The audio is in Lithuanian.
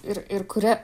ir ir kuria